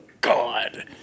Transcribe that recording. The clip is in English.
God